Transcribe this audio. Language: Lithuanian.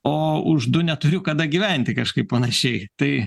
o už du neturiu kada gyventi kažkaip panašiai tai